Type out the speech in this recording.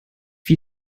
wie